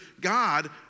God